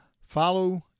Follow